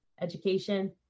education